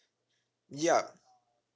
yup